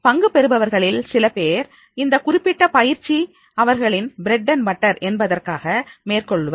பங்கு பெறுபவர்களின் சில பேர் இந்தக் குறிப்பிட்ட பயிற்சி அவர்களின் பிரட் அண்ட் பட்டர் என்பதற்காக மேற்கொள்வர்